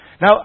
Now